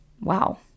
Wow